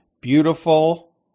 beautiful